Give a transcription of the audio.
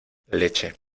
leche